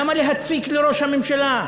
למה צריך להציק לראש הממשלה?